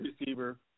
receiver